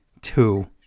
Two